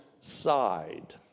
side